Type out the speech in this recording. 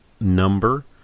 number